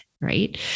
right